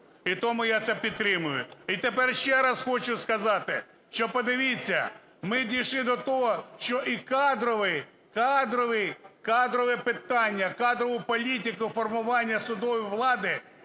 І тому я це підтримую. І тепер ще раз хочу сказати, що подивіться, ми дійшли до того, що і кадровий, кадровий, кадрове питання, кадрову політику, формування судової влади